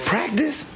Practice